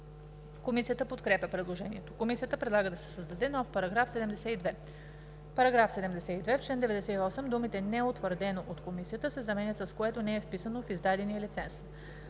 Комисията подкрепя предложението. Комисията предлага да се създаде нов § 72: „§ 72. В чл. 98 думите „неутвърдено от Комисията“ се заменят с „което не е вписано в издадения лиценз“.“